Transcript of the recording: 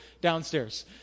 downstairs